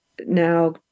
now